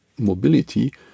mobility